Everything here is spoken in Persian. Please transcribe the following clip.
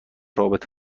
رابطه